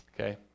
Okay